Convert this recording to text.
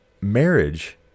marriage